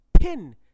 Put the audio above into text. pin